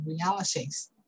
realities